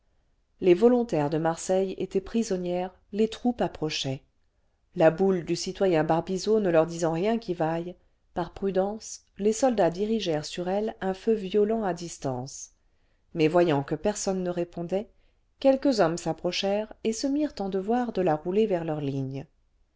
les volontaires de marseille étaient prisonnières les troupes approchaient la boule du citoyen barbizot ne leur disant rien qui vaille par prudence les soldats dirigèrent sur elle un feu violent à distance puis voyant que personne ne répondait quelques hommes s'approchèrent et se mirent en devoir de la rouler vers leurs lignes